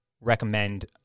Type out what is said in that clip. recommend